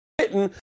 written